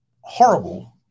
horrible